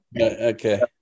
Okay